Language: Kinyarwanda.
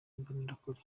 imbonerakure